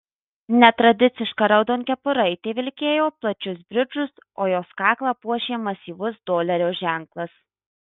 netradiciška raudonkepuraitė vilkėjo plačius bridžus o jos kaklą puošė masyvus dolerio ženklas